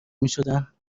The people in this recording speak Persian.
میشدند